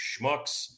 schmucks